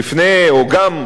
או גם כאשר,